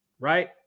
right